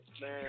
man